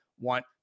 want